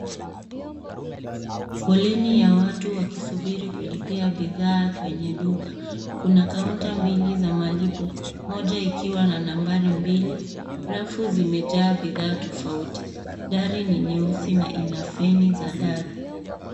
Foleni ya watu wakisubiri kulipia bidhaa kwenye duka. Kuna kaunta mbili za malipo. Moja ikiwa na nambari mbili, rafu zimejaa bidhaa tofauti. Dari ni nyeusi na ina feni za dari.